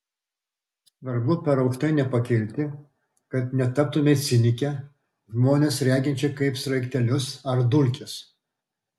svarbu per aukštai nepakilti kad netaptumei cinike žmones reginčia kaip sraigtelius ar dulkes